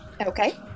okay